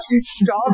Stop